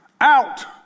out